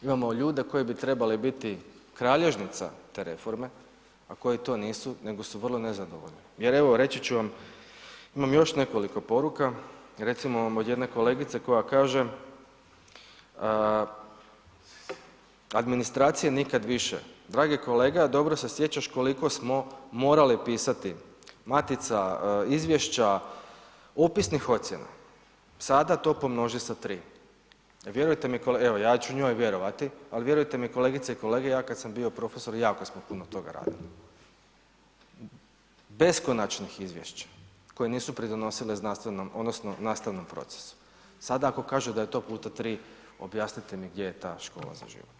Imamo ljude koji bi trebali biti kralježnica te reforme, a koji to nisu nego su vrlo nezadovoljni jer evo reći ću vam, imam još nekoliko poruka, recimo imam od jedne kolegice koja kaže, administracije nikad više, dragi kolega dobro se sjećaš koliko smo morali pisati, matica, izvješća, opisnih ocjena, sada to pomnoži sa tri, vjerujte mi kolega, evo ja ću njoj vjerovati, al vjerujte mi kolegice i kolege ja kad sam bio profesor jako smo puno toga radili, beskonačnih izvješća koji nisu pridonosile znanstvenom odnosno nastavnom procesu, sada ako kaže da je to puta tri, objasnite mi gdje je ta Škola za život?